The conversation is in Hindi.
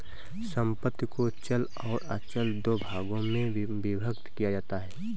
संपत्ति को चल और अचल दो भागों में विभक्त किया जाता है